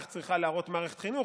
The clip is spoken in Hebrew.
איך צריכה להיראות מערכת חינוך.